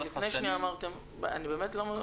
השנים -- לפני שנייה אמרתם שאלנו ואני לא...